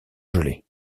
gelées